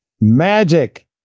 magic